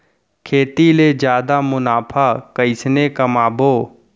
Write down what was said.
खेती ले जादा मुनाफा कइसने कमाबो?